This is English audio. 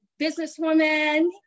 businesswoman